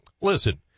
listen